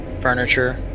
furniture